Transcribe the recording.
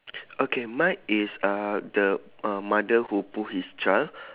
okay mine is uh the uh mother who pull his child